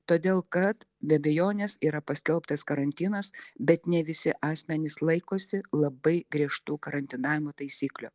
todėl kad be abejonės yra paskelbtas karantinas bet ne visi asmenys laikosi labai griežtų karantinavimo taisyklių